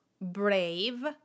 brave